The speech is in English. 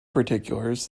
particulars